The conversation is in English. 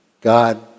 God